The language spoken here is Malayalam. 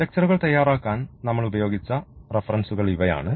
ലെക്ച്ചറുൾ തയ്യാറാക്കാൻ നമ്മൾ ഉപയോഗിച്ച റഫറൻസുകൾ ഇവയാണ്